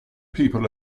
people